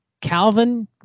calvin